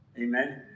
Amen